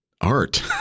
art